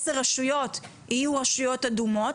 עוד עשר רשויות יהיו רשויות אדומות.